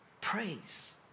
praise